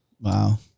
Wow